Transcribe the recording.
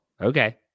okay